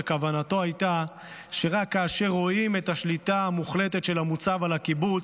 וכוונתו הייתה שרק כאשר רואים את השליטה המוחלטת של המוצב על הקיבוץ,